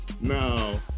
Now